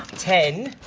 ten,